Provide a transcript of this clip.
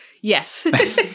Yes